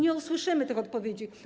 Nie usłyszymy tych odpowiedzi.